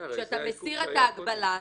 כשאתה מסיר את ההגבלה,